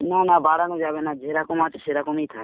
না না বাড়ানো যাবে না যেরকম আছে সেরকমই থাক